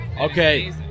Okay